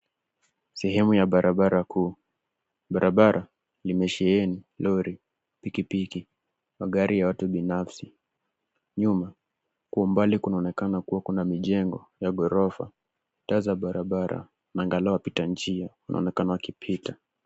Sehemu ya barabara kuu, barabara imesheheni lori, pikipiki, magari ya watu binafsi, nyuma kwa umbali kunaonekana kuna mijengo ya ghorofa. Taa za barabara na angalau wapita njia wanaonekana wakipita.